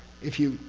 if you.